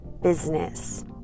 business